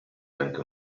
anche